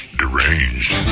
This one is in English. deranged